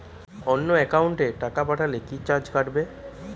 অন্য একাউন্টে টাকা পাঠালে কি চার্জ কাটবে?